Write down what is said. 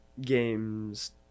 games